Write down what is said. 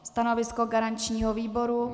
Stanovisko garančního výboru?